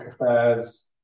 affairs